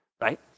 right